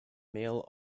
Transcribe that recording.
mail